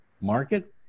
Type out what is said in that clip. market